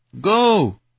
go